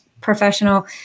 professional